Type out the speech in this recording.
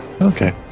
okay